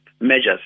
measures